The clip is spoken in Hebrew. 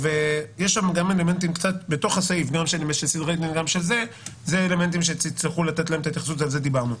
ויש שם גם אלמנטים שתצטרכו לתת להם את ההתייחסות ועל כך דיברנו.